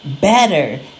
better